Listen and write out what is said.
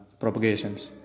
propagations